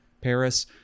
paris